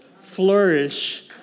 Flourish